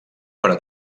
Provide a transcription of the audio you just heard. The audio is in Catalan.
per